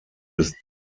des